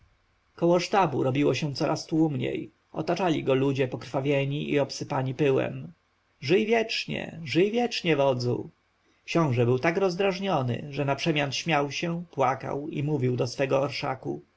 koło sztabu robiło się coraz tłumniej otaczali go ludzie pokrwawieni i obsypani pyłem żyj wiecznie żyj wiecznie wodzu książę był tak rozdrażniony że naprzemian śmiał się płakał i mówił do swego orszaku